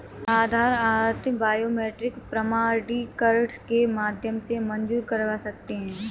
आधार आधारित बायोमेट्रिक प्रमाणीकरण के माध्यम से मंज़ूर करवा सकते हैं